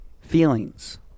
feelings